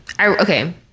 Okay